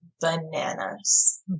bananas